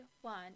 one